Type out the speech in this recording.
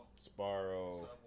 Sparrow